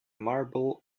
marble